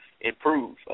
improve